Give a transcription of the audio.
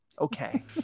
okay